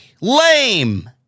Lame